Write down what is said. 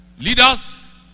Leaders